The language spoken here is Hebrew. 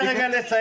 תן לה רגע לסיים,